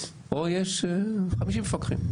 או יש 50 מפקחים.